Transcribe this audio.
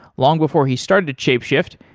long before he started at shapeshift,